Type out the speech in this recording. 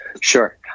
Sure